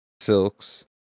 silks